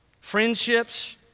friendships